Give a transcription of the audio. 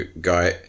guy